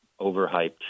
overhyped